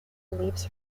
leaves